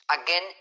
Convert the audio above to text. Again